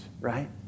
right